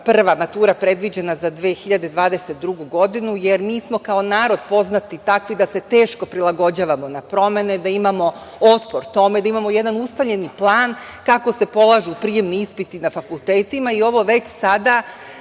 prva matura predviđena za 2022. godinu, jer mi smo kao narod poznati takvi da se teško prilagođavamo na promene, da imamo otpor tome, da imamo jedan ustaljeni plan kako se polažu prijemni ispiti na fakultetima i ovo već sada